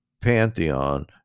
pantheon